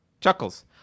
chuckles